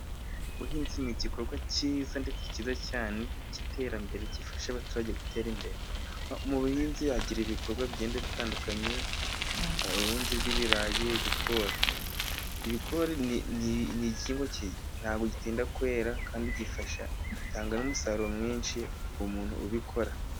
Ubuhinzi ni igikorwa cyiza ndetse cyiza cy'iterambere gifasha abaturage gutera imbere. Mu buhinzi hagira ibikorwa bigenda bitandukanye. Ubuhinzi bw'ibirayiri, ibigori. Ibigori ni igihingwa ntabwo gitinda kwera kandi gitanga n'umusaruro mwinshi ku muntu ubikora.